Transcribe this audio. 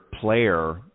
player